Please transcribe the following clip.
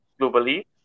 globally